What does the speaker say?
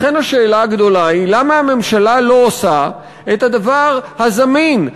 לכן השאלה הגדולה היא למה הממשלה לא עושה את הדבר הזמין,